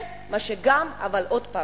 עוד פעם,